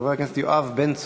חבר הכנסת יואב בן צור,